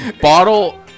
bottle